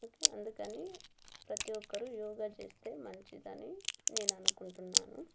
అందుకని ప్రతి ఒక్కరు యోగా చేస్తే మంచిదని నేను అనుకుంటున్నాను